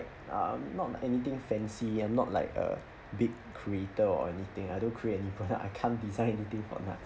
I'm not anything fancy I'm not like a big creator or anything I don't create any product I can't design anything product